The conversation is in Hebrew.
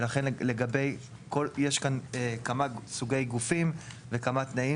ולכן יש כאן כמה סוגי גופים וכמה תנאים